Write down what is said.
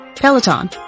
Peloton